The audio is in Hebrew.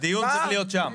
הדיון צריך להיות שם.